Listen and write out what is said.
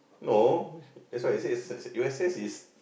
no that's why I say is U_S_S is